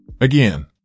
Again